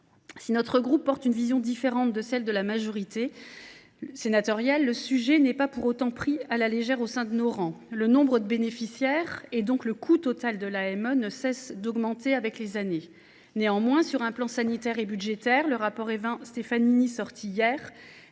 Si notre groupe porte une vision différente de celle de la majorité sénatoriale, le sujet n’est pas pour autant pris à la légère au sein de nos rangs. Le nombre de bénéficiaires, donc le coût total de l’AME, ne cesse d’augmenter avec les années. Sur un plan sanitaire et budgétaire, le rapport de Claude Évin et